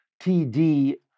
TD